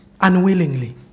unwillingly